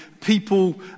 people